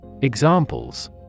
Examples